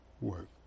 work